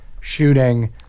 shooting